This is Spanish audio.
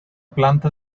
planta